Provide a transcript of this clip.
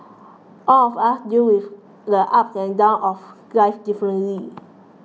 all of us deal with the ups and downs of life differently